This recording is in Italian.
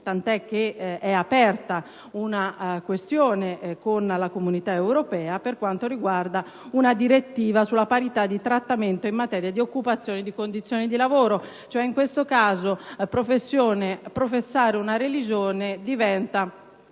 tant'è che è aperta una questione con la Comunità europea per quanto riguarda una direttiva sulla parità di trattamento in materia di occupazione e di condizioni di lavoro. In questo caso professare una religione diventa